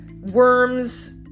worms